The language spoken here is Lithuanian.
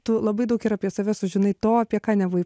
tu labai daug ir apie save sužinai to apie ką nebuvai